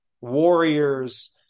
warriors